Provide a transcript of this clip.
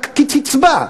קצבה.